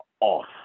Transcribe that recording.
off